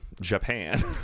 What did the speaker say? Japan